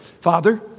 Father